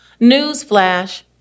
newsflash